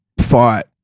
fought